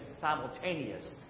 Simultaneous